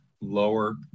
lower